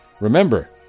Remember